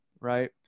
right